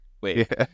Wait